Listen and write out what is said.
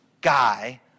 guy